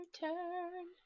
turn